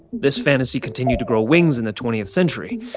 this fantasy continued to grow wings in the twentieth century,